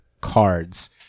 cards